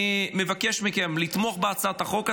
אני מבקש מכם לתמוך בהצעת החוק הזאת,